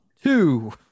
two